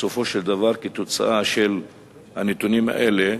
בסופו של דבר, של הנתונים האלה,